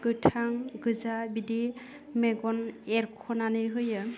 गोथां गोजा बिदि मेगन एरख'नानै होयो